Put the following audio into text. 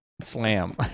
slam